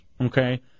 Okay